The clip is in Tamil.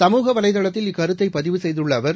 சமூக வலைதளத்தில் இக்கருத்தைபதிவு செய்துள்ளஅவர்